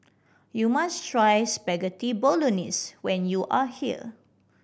you must try Spaghetti Bolognese when you are here